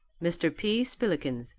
mr. p. spillikins,